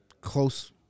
close